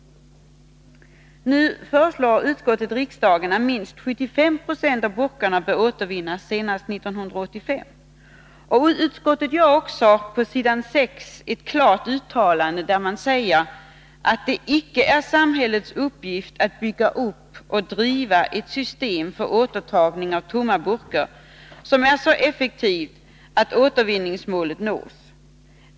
Utskottet föreslår riksdagen att minst 75 90 av aluminiumburkarna skall återvinnas senast 1985. Utskottet gör också ett klart uttalande på s. 6 i betänkandet, nämligen ”att det icke är samhällets uppgift att bygga upp och driva ett system för återtagning av tomma burkar som är så effektivt att återvinningsmålet nås.